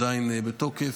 עדיין בתוקף,